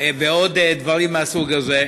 ועוד דברים מהסוג הזה.